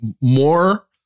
more